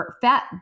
fat